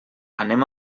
anem